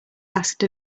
asked